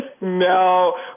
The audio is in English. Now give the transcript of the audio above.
No